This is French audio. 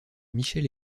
michel